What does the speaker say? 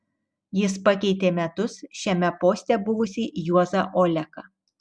jis pakeitė metus šiame poste buvusį juozą oleką